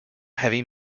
heavy